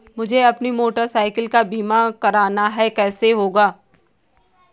मुझे अपनी motorcycle का बीमा करना है कैसे होगा?